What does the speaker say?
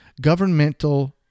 governmental